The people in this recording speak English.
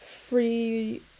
free